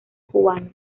cubana